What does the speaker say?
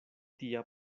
tia